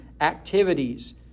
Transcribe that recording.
activities